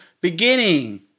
beginning